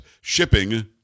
Shipping